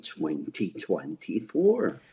2024